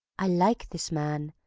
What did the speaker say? i like this man,